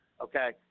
Okay